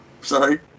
Sorry